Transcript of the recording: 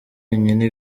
yonyine